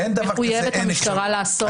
מחויבת המשטרה לעשות כן.